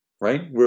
right